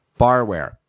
Barware